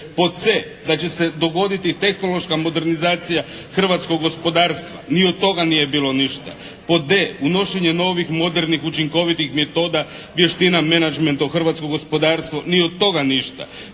c) da će se dogoditi tehnološka modernizacija hrvatskog gospodarstva, ni od toga nije bilo ništa. Pod d) unošenje novih modernih učinkovitih metoda, vještina menadžmenta u hrvatsko gospodarstvo, ni od toga ništa.